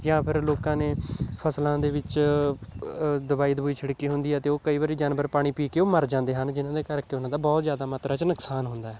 ਜਾਂ ਫਿਰ ਲੋਕਾਂ ਨੇ ਫਸਲਾਂ ਦੇ ਵਿੱਚ ਦਵਾਈ ਦਵੂਈ ਛਿੜਕੀ ਹੁੰਦੀ ਆ ਅਤੇ ਉਹ ਕਈ ਵਾਰੀ ਜਾਨਵਰ ਪਾਣੀ ਪੀ ਕੇ ਉਹ ਮਰ ਜਾਂਦੇ ਹਨ ਜਿਨ੍ਹਾਂ ਦੇ ਕਰਕੇ ਉਹਨਾਂ ਦਾ ਬਹੁਤ ਜ਼ਿਆਦਾ ਮਾਤਰਾ 'ਚ ਨੁਕਸਾਨ ਹੁੰਦਾ ਹੈ